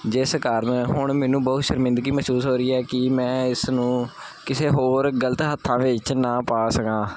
ਜਿਸ ਕਾਰਨ ਹੁਣ ਮੈਨੂੰ ਬਹੁਤ ਸ਼ਰਮਿੰਦਗੀ ਮਹਿਸੂਸ ਹੋ ਰਹੀ ਹੈ ਕਿ ਮੈਂ ਇਸ ਨੂੰ ਕਿਸੇ ਹੋਰ ਗਲਤ ਹੱਥਾਂ ਵਿੱਚ ਨਾ ਪਾ ਸਕਾਂ